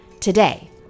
today